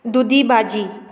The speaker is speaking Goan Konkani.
दुदी भाजी